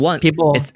People